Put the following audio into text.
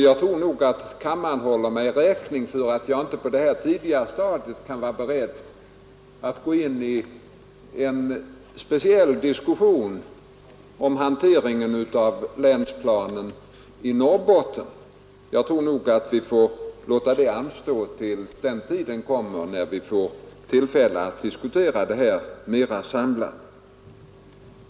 Jag tror att kammaren håller mig räkning för att jag inte på det här tidiga stadiet är beredd att gå in i en speciell diskussion om hanteringen av länsplanen för Norrbotten. Vi får nog låta den saken anstå till dess vi får tillfälle att diskutera detta material mera samlat.